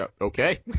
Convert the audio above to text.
Okay